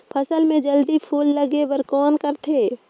फसल मे जल्दी फूल लगे बर कौन करथे?